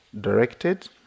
directed